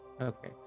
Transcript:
Okay